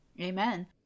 amen